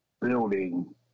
building